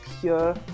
pure